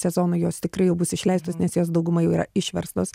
sezono jos tikrai jau bus išleistos nes jos dauguma jau yra išverstos